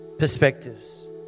perspectives